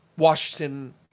Washington